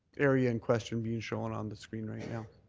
area in question being shown on the screen right now.